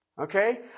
Okay